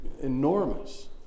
enormous